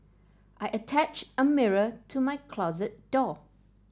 I attached a mirror to my closet door